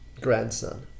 grandson